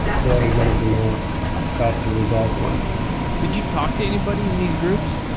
so that was one of the more faster resolved ones did you talk to anybody in these groups?